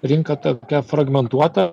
rinka tokia fragmentuota